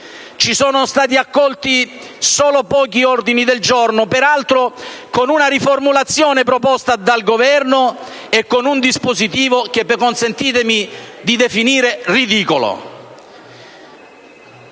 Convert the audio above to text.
Ci sono stati accolti solo pochi ordini del giorno, peraltro con una riformulazione proposta dal Governo e con un dispositivo che consentitemi di definire ridicolo.